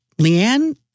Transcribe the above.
Leanne